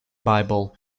bible